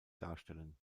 darstellen